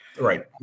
Right